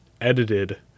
edited